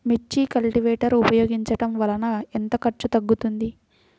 మిర్చి కల్టీవేటర్ ఉపయోగించటం వలన ఎంత ఖర్చు తగ్గుతుంది?